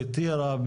בטירה,